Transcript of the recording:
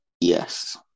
Yes